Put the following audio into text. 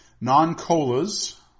non-colas